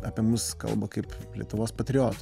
apie mus kalba kaip lietuvos patriotus